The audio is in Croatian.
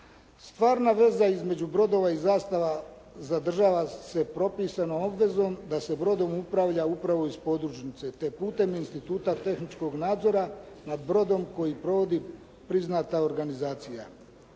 Stvarna veza između brodova i zastava zadržava se propisanom obvezom da se brodom upravlja upravo iz podružnice te putem instituta tehničkog nadzora nad brodom koji provodi priznata organizacija.